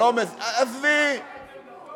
למה אתה אומר שהוא ראש, את עמדתו?